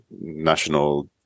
national